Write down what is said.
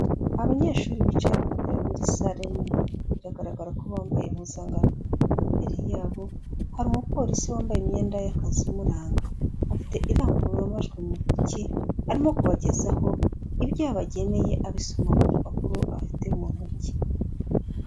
Abanyeshuri bicaye ku ntebe muri sare nini, biragaragara ko bambaye impuzankano. Imbere yabo hari umuporisi wambaye imyenda y'akazi imuranga. Afite irangururamajwi mu ntoki, arimo kubagezaho ibyo yabageneye abisoma ku rupapuro afite mu ntoki.